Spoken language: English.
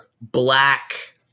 black